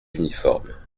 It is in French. uniforme